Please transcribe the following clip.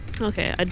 Okay